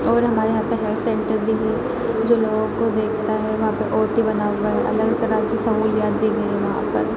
اور ہمارے یہاں پہ ہیلتھ سینٹر بھی ہے جو لوگوں کو دیکھتا ہے وہاں پہ او ٹی بنا ہُوا ہے الگ طرح کی سہولیات دی گئی ہیں وہاں پر